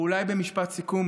ואולי במשפט סיכום,